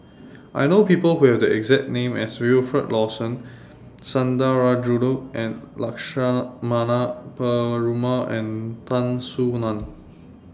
I know People Who Have The exact name as Wilfed Lawson Sundarajulu Lakshmana Perumal and Tan Soo NAN